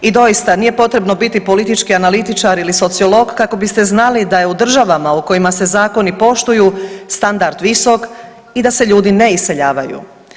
I doista, nije potrebno biti politički analitičar ili sociolog, kako biste znali da je u državama u kojima se zakoni poštuju standard visok i da se ljudi ne iseljavaju.